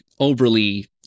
overly